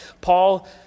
Paul